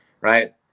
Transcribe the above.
right